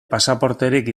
pasaporterik